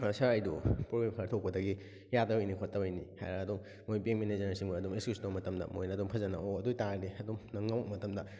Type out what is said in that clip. ꯁꯥꯔ ꯑꯩꯗꯨ ꯄ꯭ꯔꯣꯕ꯭ꯂꯦꯝ ꯈꯔ ꯊꯣꯛꯄꯗꯒꯤ ꯌꯥꯗꯕꯩꯅꯤ ꯈꯣꯠꯇꯕꯩꯅꯤ ꯍꯥꯏꯔ ꯑꯗꯨꯝ ꯃꯣꯏ ꯕꯦꯡ ꯃꯦꯅꯦꯖꯔꯅꯆꯤꯡꯕ ꯑꯗꯨꯝ ꯑꯦꯛꯁꯀꯤꯌꯨꯁ ꯇꯧꯕ ꯃꯇꯝꯗ ꯃꯣꯏꯅ ꯑꯗꯨꯝ ꯐꯖꯅ ꯑꯣ ꯑꯗꯨ ꯑꯣꯏꯇꯥꯔꯗꯤ ꯑꯗꯨꯝ ꯅꯪꯅ ꯉꯃꯛꯄ ꯃꯇꯝꯗ